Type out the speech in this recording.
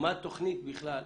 מה התוכנית בכלל?